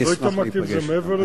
לא התעמקתי בזה מעבר לזה.